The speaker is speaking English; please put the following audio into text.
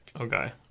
okay